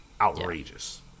outrageous